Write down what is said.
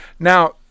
Now